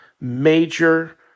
major